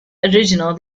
original